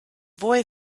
boy